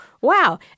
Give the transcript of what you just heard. wow